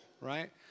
right